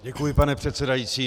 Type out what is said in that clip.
Děkuji, pane předsedající.